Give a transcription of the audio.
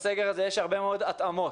בסגר הזה יש הרבה מאוד התאמות.